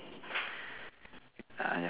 ah ya